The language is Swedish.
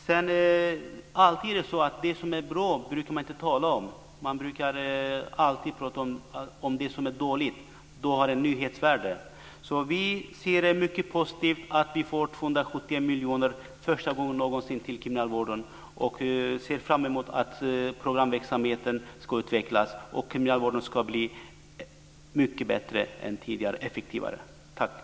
Det är alltid så att man inte talar om det som är bra. Man brukar i stället prata om det som är dåligt, för det har ett nyhetsvärde. Vi ser mycket positivt på att vi för första gången får 270 miljoner kronor till kriminalvården och ser fram emot att programverksamheten ska utvecklas. Kriminalvården ska bli mycket bättre och effektivare än tidigare.